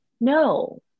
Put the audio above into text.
no